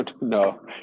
No